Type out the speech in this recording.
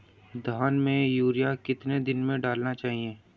धान में यूरिया कितने दिन में डालना चाहिए?